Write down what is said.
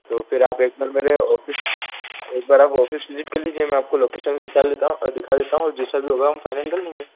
तो फिर आप एक बार मेरे ऑफिस एक बार आप ऑफिस विजिट कर लीजिए मैं आपको लोकेशन निकाल लेता हूँ और दिखा देता हूँ जैसा भी होगा हम फ़ाइनल कर लेंगे